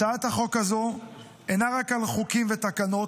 הצעת החוק הזו אינה רק על חוקים ותקנות,